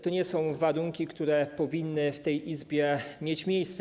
To nie są warunki, które powinny w tej Izbie mieć miejsce.